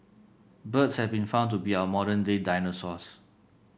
birds have been found to be our modern day dinosaurs